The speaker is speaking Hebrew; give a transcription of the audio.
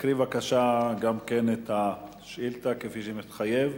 תקרא בבקשה גם את השאילתא, כפי שמתחייב,